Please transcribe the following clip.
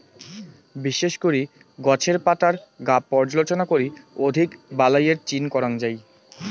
বিশেষ করি গছের পাতার গাব পর্যালোচনা করি অধিক বালাইয়ের চিন করাং যাই